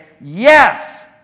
yes